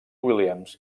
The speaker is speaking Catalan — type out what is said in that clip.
williams